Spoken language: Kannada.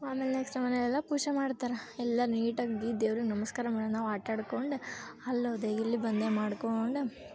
ಆಮೇಲೆ ನೆಕ್ಸ್ಟ್ ಮನೆಯಲ್ಲೆಲ್ಲ ಪೂಜೆ ಮಾಡ್ತಾರೆ ಎಲ್ಲ ನೀಟಾಗಿ ದೇವ್ರಿಗೆ ನಮಸ್ಕಾರ ಮಾಡಿ ನಾವು ಆಟ ಆಡ್ಕೊಂಡು ಅಲ್ಲೋದೆ ಇಲ್ಲಿ ಬಂದೆ ಮಾಡ್ಕೊಂಡು